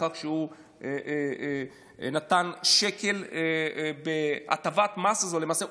בכך כשהוא נתן שקל בהטבת מס אז הוא למעשה,